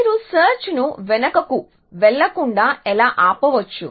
మీరు సేర్చ్ ను వెనుకకు వెళ్ళకుండా ఎలా ఆపవచ్చు